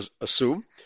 assume